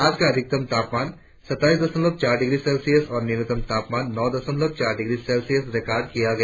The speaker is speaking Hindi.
आज का अधिकतम तापमान सत्ताईस दशमलव चार डिग्री सेल्सियस और न्यूनतम तापमान नो दशमलव चार डिग्री सेल्सियस रिकार्ड किया गया